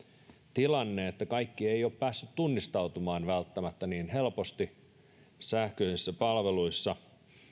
tilanne että kaikki eivät ole päässeet tunnistautumaan välttämättä niin helposti sähköisissä palveluissa